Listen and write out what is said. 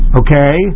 okay